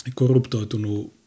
korruptoitunut